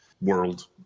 world